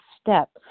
step